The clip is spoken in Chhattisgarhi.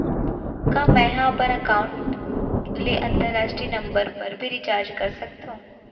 का मै ह अपन एकाउंट ले अंतरराष्ट्रीय नंबर पर भी रिचार्ज कर सकथो